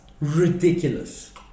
ridiculous